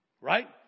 Right